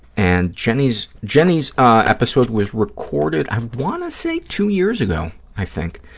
and jenny's jenny's episode was recorded, i want to say two years ago, i think,